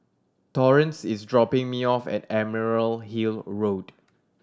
Torrance is dropping me off at Emerald Hill Road